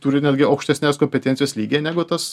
turi netgi aukštesnės kompetencijos lygį negu tas